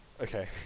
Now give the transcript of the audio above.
Okay